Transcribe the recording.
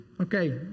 okay